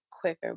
quicker